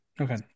Okay